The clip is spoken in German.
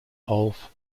auf